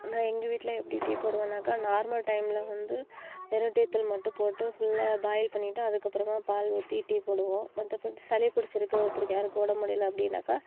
நான் எங்கள் வீட்டில் எப்படி டீ போடுவேனாக்கா நார்மல் டைமில் வந்து வெறும் டீ தூள் மட்டும் போட்டு ஃபுல்லாக பாயில் பண்ணிவிட்டு அதுக்கப்புறமா பால் ஊற்றி டீ போடுவோம் மற்றபடி சளி பிடிச்சிருக்கு ஒருத்தருக்கு யாருக்கோ உடம்பு முடியலை அப்படின்னாக்கா